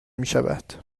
میشود